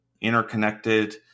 interconnected